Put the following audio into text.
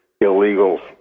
illegal